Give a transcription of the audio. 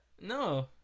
no